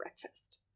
breakfast